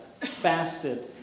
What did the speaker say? fasted